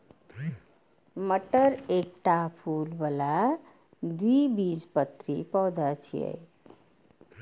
मटर एकटा फूल बला द्विबीजपत्री पौधा छियै